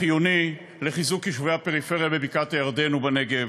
החיוני בחיזוק יישובי הפריפריה בבקעת-הירדן ובנגב,